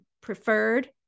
preferred